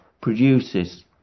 produces